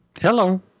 hello